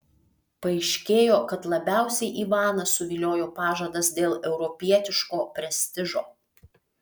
paaiškėjo kad labiausiai ivaną suviliojo pažadas dėl europietiško prestižo